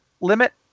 limit